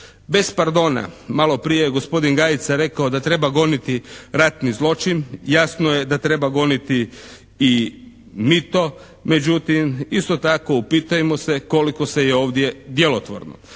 Bez pardona maloprije je gospodin Gajica rekao da treba goniti ratni zločin. Jasno je da treba goniti i mito. Međutim, isto tako upitajmo se koliko je sve ovdje djelotvorno.